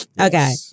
Okay